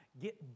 get